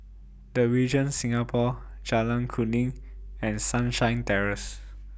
The Regent Singapore Jalan Kuning and Sunshine Terrace